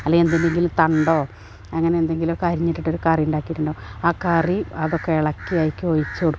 അല്ലെ എന്തിൻ്റെങ്കിലും തണ്ടോ അങ്ങനെന്തെങ്കിലുമൊക്കെ അറിഞ്ഞിട്ടിട്ടൊരു കറിയുണ്ടാക്കിയിട്ടുണ്ടാകും ആ കറി അതൊക്കെ ഇളക്കി അയ്ക്കി ഒഴിച്ചു കൊടുക്കും